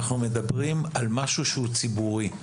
אנחנו מדברים על משהו ציבורי,